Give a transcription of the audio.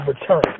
return